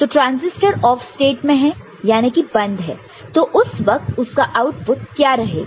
तो transistor off state में है याने कि बंद है तो उस वक्त उसका आउटपुट क्या रहेगा